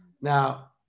Now